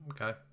okay